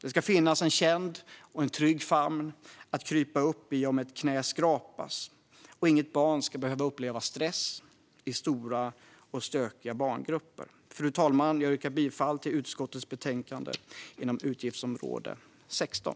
Det ska finnas en känd, trygg famn att krypa upp i om ett knä skrapas, och inget barn ska behöva uppleva stress i stora, stökiga barngrupper. Fru talman! Jag yrkar bifall till utskottets förslag inom utgiftsområde 16.